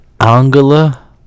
angela